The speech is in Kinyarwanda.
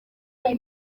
ati